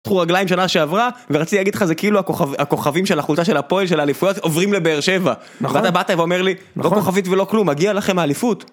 פתחו רגליים שנה שעברה ורציתי להגיד לך זה כאילו הכוכבים של החולצה של הפועל של האליפויות עוברים לבאר שבע, ואתה באת ואומר לי לא כוכבית ולא כלום מגיע לכם האליפות.